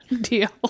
deal